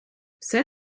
все